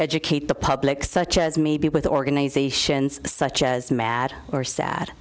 educate the public such as maybe with organizations such as mad or